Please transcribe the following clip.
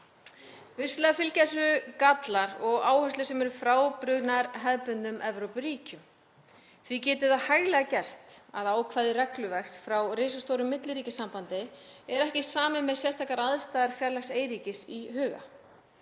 Vissulega fylgja þessu gallar og áherslur sem eru frábrugðnar hefðbundnum Evrópuríkjum. Því getur það hæglega gerst að ákvæði regluverks frá risastóru milliríkjasambandi sé ekki samið með sérstakar aðstæður fjarlægs eyríkis í huga.